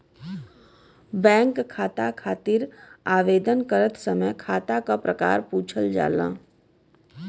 bank खाता खातिर आवेदन करत समय खाता क प्रकार पूछल जाला